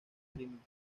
crimen